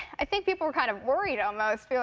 i think people were kind of worried almost, being